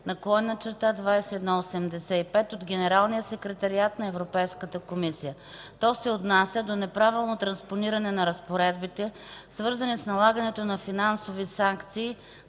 нарушение № 2012/2185 от Генералния секретариат на Европейската комисия. То се отнася до неправилно транспониране на разпоредбите, свързани с налагането на финансови санкции